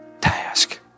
task